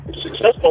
successful